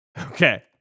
okay